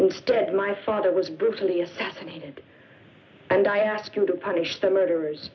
instead my father was brutally assassinated and i ask you to punish the murderers